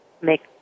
make